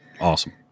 Awesome